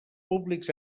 públics